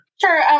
Sure